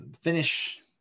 finish